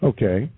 Okay